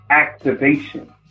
activation